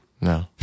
No